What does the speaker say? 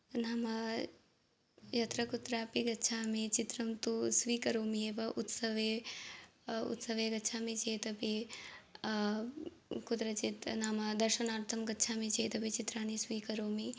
नाम यत्र कुत्रापि गच्छामि चित्रं तु स्वीकरोमि एव उत्सवे उत्सवे गच्छामि चेत् अपि कुत्रचित् नाम दर्शनार्थं गच्छामि चेदपि चित्राणि स्वीकरोमि